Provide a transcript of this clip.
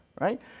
right